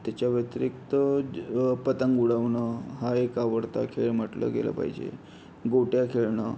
त्याच्या व्यतिरिक्त पतंग उडवणं हा एक आवडता खेळ म्हटलं गेलं पाहिजे गोट्या खेळणं